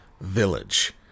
Village